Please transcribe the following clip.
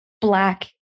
black